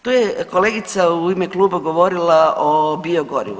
Tu je kolegica u ime kluba govorila o biogorivu.